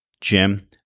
Jim